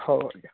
ହଉ ଆଜ୍ଞା